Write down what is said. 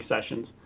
sessions